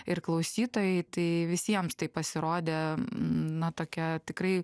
ir klausytojai tai visiems tai pasirodė na tokia tikrai